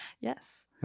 Yes